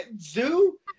zoo